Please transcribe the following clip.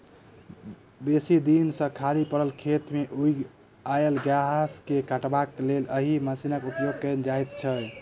बेसी दिन सॅ खाली पड़ल खेत मे उगि आयल घास के काटबाक लेल एहि मशीनक उपयोग कयल जाइत छै